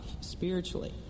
spiritually